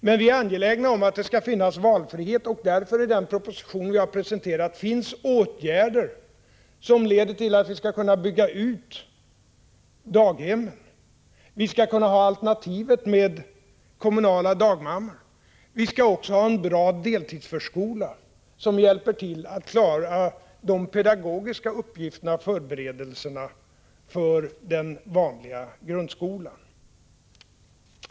Men vi är angelägna om att det skall finnas valfrihet, och därför finns det i den proposition som vi har presenterat åtgärder som leder till att vi skall kunna bygga ut daghemmen. Vi skall kunna ha alternativet med kommunala dagmammor. Vi skall också ha en bra deltidsförskola, som hjälper till att klara de pedagogiska uppgifterna och förberedelserna för den vanliga grundskolan.